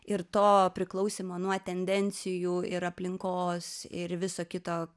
ir to priklausymo nuo tendencijų ir aplinkos ir viso kito